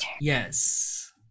yes